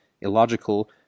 illogical